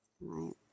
Right